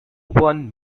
won